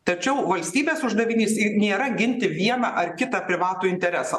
tačiau valstybės uždavinys ii nėra ginti vieną ar kitą privatų interesą